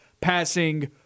passing